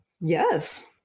Yes